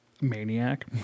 Maniac